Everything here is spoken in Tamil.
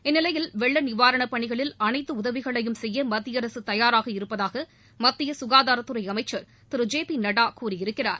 இந்நிலையில் வெள்ள நிவாரணப் பணிகளில் அனைத்து உதவிகளையும் செய்ய மத்திய அரசு தயாராக இருப்பதாக மத்திய சுகாதாரத்துறை அமைச்சர் திரு ஜே பி நட்டா கூறியிருக்கிறார்